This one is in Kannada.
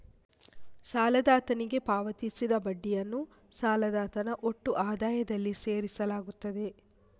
ಸಾಲದಾತನಿಗೆ ಪಾವತಿಸಿದ ಬಡ್ಡಿಯನ್ನು ಸಾಲದಾತನ ಒಟ್ಟು ಆದಾಯದಲ್ಲಿ ಸೇರಿಸಲಾಗುತ್ತದೆ